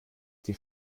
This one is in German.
die